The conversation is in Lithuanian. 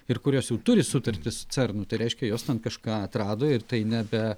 ir kurios jau turi sutartis su cernu tai reiškia jos ten kažką atrado ir tai nebe